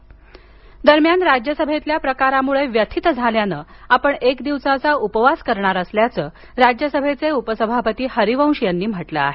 उपवास दरम्यान राज्यसभेतील प्रकारामुळे व्यथित झाल्यानं आपण एक दिवसाचा उपवास करणार असल्याचं राज्यसभेचे उपसभापती हरिवंश यांनी म्हटलं आहे